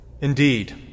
Indeed